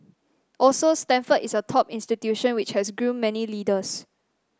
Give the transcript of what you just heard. also Stanford is a top institution which has groomed many leaders